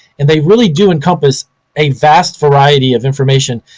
and they really do encompass a vast variety of information.